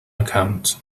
account